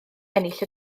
ennill